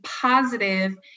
positive